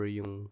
yung